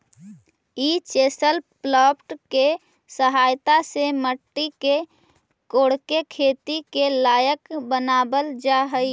ई chisel plough के सहायता से मट्टी के कोड़के खेती के लायक बनावल जा हई